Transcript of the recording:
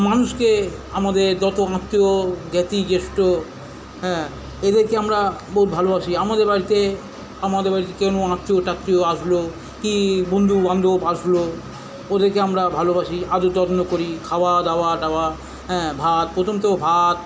মানুষকে আমাদের যত আত্মীয় জ্ঞাতি গুষ্টি হ্যাঁ এদেরকে আমরা বহুত ভালোবাসি আমাদের বাড়িতে আমাদের বাড়িতে কোনও আত্মীয় টাত্মীয় আসলো কী বন্ধু বান্ধব আসলো ওদেরকে আমরা ভালোবাসি আদর যত্ন করি খাওয়াদাওয়া দেওয়া হ্যাঁ ভাত প্রথম তো ভাত